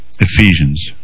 Ephesians